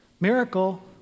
miracle